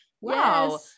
wow